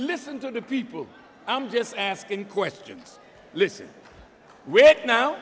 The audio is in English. listen to the people i'm just asking questions listen